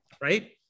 right